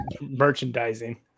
Merchandising